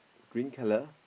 green colour